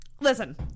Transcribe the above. listen